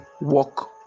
walk